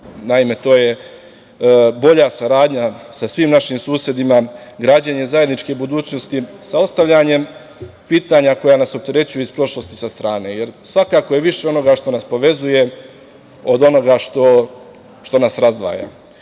Naime, to je bolja saradnja sa svim našim susedima, građenje zajedničke budućnosti sa ostavljanjem pitanja koja nas opterećuju iz prošlosti sa strane, jer svakako je više onoga što nas povezuje od onoga što nas razdvaja. Bili